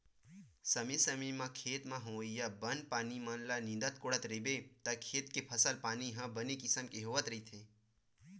समे समे म खेत म होवइया बन पानी मन ल नींदत कोड़त रहिबे त खेत के फसल पानी ह बने किसम के होवत रहिथे